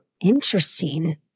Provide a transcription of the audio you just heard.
Interesting